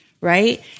right